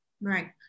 Right